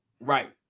Right